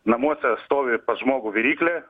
namuose stovi pas žmogų viryklė